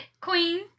queen